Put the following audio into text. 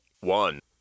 One